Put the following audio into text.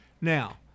Now